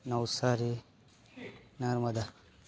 Navsari Narmada